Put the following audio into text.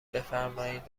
بفرمایید